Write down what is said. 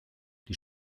die